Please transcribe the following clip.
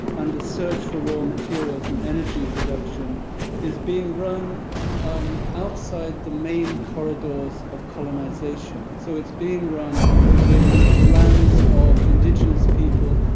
and the search for raw materials and energy production is being run um outside the main corridors of colonization. so it's being run in the lands of indigenous people,